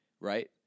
right